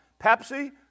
Pepsi